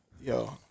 Yo